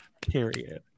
Period